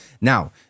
Now